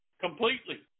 completely